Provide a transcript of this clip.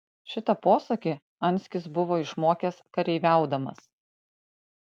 šitą posakį anskis buvo išmokęs kareiviaudamas